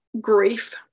grief